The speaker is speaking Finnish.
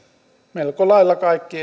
melko lailla kaikki